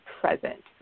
present